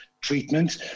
treatment